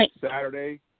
Saturday